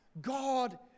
God